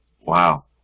Wow